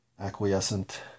acquiescent